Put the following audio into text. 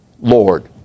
Lord